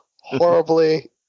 horribly